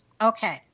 Okay